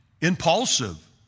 impulsive